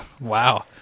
Wow